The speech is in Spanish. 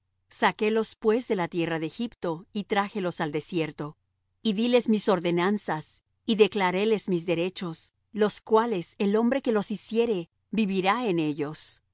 saquélos pues de la tierra de egipto y trájelos al desierto y díles mis ordenanzas y declaréles mis derechos los cuales el hombre que los hiciere vivirá en ellos